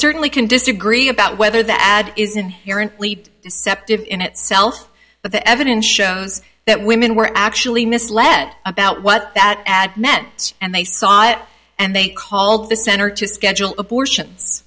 certainly can disagree about whether that ad is inherently deceptive in itself but the evidence shows that women were actually misled about what that ad men and they sought and they called the center to schedule abortions